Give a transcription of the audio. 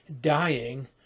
dying